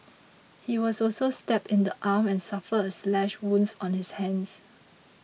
he was also stabbed in the arm and suffered a slash wounds on his hands